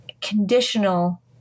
conditional